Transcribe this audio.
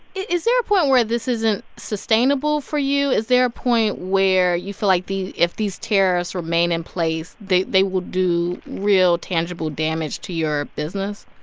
is there a point where this isn't sustainable for you? is there a point where you feel like if these tariffs remain in place they they will do real tangible damage to your business?